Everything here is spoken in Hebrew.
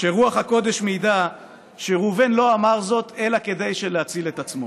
שרוח הקודש מעידה שראובן לא אמר זאת אלא כדי להציל את עצמו,